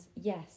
yes